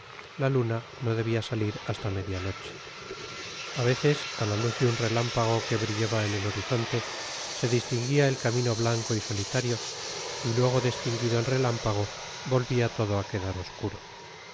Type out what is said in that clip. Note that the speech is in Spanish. la luna no debia salir hasta media noche a veces á la luz de un relámpago que brillaba en el horizonte se distinguia el camino blanco y solitario y luego de estinguido el relámpago volvia todo á quedar oscuro